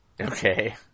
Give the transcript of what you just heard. Okay